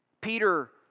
Peter